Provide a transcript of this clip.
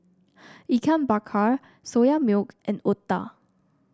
Ikan Bakar Soya Milk and otah